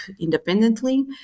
independently